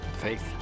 Faith